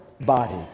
body